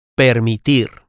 permitir